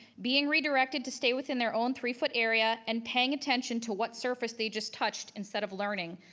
being redirected to stay within their own three foot area and paying attention to what surface they just touched instead of learning.